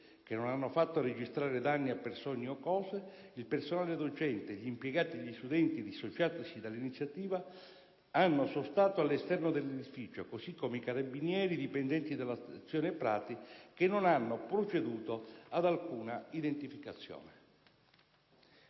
che non hanno fatto registrare danni a persone o cose, il personale docente, gli impiegati e gli studenti dissociatisi dall'iniziativa hanno sostato all'esterno dell'edificio, così come i carabinieri dipendenti dalla stazione Prati, che non hanno proceduto ad alcuna identificazione.